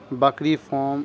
بکری فوم